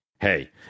hey